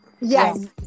yes